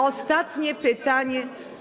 Ostatnie pytanie.